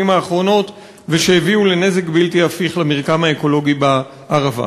האחרונות ושהביאו לנזק בלתי הפיך למרקם האקולוגי בערבה.